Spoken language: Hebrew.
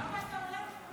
למה אתה עולה?